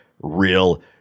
real